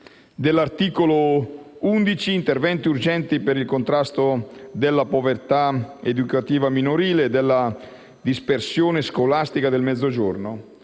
dell'articolo 11, recante «Interventi urgenti per il contrasto della povertà educativa minorile e della dispersione scolastica nel Mezzogiorno»?